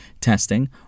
testing